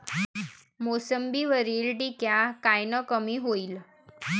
मोसंबीवरील डिक्या कायनं कमी होईल?